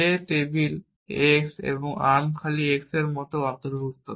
যে table x এবং arm খালি x মত জিনিস অন্তর্ভুক্ত